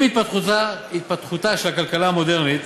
עם התפתחותה של הכלכלה המודרנית